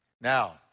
Now